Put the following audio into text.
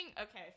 Okay